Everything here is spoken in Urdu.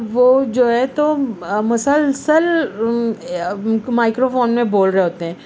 وہ جو ہے تو مسلسل مائیکرو فون میں بول رہے ہوتے ہیں